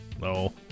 No